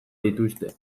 dituzte